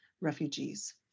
refugees